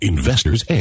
Investor's